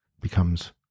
becomes